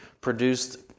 produced